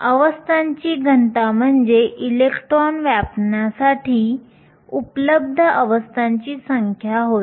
अवस्थांची घनता म्हणजे इलेक्ट्रॉन व्यापण्यासाठी उपलब्ध अवस्थांची संख्या होय